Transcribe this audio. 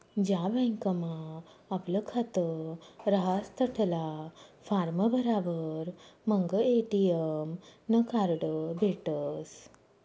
ज्या बँकमा आपलं खातं रहास तठला फार्म भरावर मंग ए.टी.एम नं कार्ड भेटसं